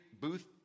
booth